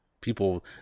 people